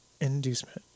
inducement